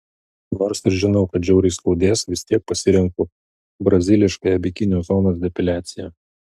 nors ir žinau kad žiauriai skaudės vis tiek pasirenku braziliškąją bikinio zonos depiliaciją